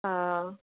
हा